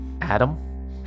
Adam